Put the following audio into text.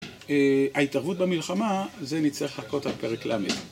ההתערבות במלחמה זה נצטרך לחכות עד פרק ל'